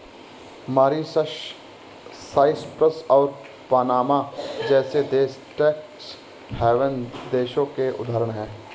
Mauritius, Cyprus और Panama जैसे देश टैक्स हैवन देशों के उदाहरण है